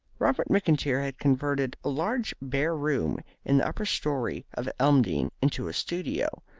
robert mcintyre had converted a large bare room in the upper storey of elmdene into a studio,